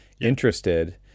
interested